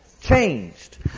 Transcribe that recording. changed